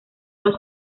los